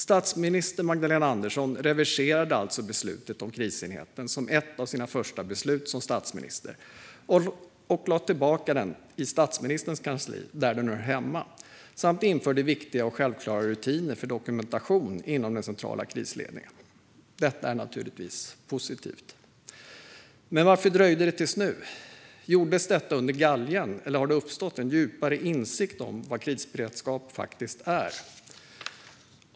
Statsminister Magdalena Andersson reverserade alltså beslutet om krishanteringskansliet som ett av sina första beslut som statsminister och förde tillbaka krishanteringskansliet till statsministerns kansli, där det hör hemma, samt införde viktiga och självklara rutiner för dokumentation inom den centrala krisledningen. Detta är naturligtvis positivt. Men varför dröjde det till nu? Gjordes detta under galgen, eller har det uppstått en djupare insikt om vad krisberedskap faktiskt är?